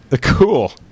Cool